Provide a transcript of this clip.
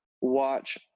watch